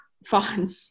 Fun